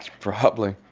probably.